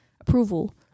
approval